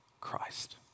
Christ